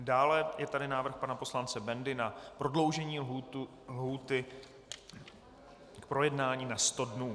Dále je tady návrh pana poslance Bendy na prodloužení lhůty k projednání na sto dnů.